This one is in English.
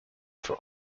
for